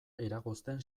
eragozten